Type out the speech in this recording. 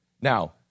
Now